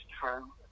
true